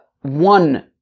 one